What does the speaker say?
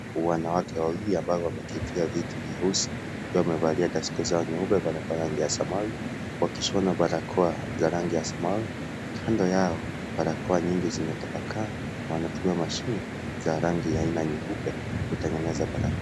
Wanawake wawili ambao wameketia viti vyeusi, wakiwa wamevalia duski zao nyeupe barakoa ya rangi ya samawi wakishona barakoa za rangi ya samawi, kando yao barakoa nyingi zimetapakaa na wanatumia mashini za rangi ya aina nyeupe kutengeneza barakoa.